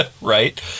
right